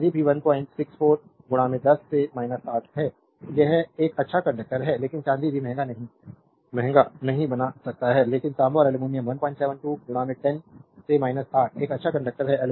चांदी भी 164 10 से 8 है यह एक अच्छा कंडक्टर है लेकिन चांदी भी महंगा नहीं बना सकता है लेकिन तांबा और एल्यूमीनियम 172 10 से 8 एक अच्छा कंडक्टर है